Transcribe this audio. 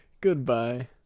Goodbye